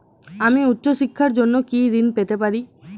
আমি উচ্চশিক্ষার জন্য কি ঋণ পেতে পারি?